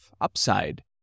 upside